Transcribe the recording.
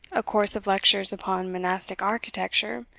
a course of lectures upon monastic architecture,